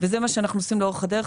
וזה מה שאנחנו עושים לאורך הדרך.